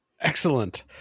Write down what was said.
Excellent